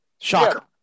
Shocker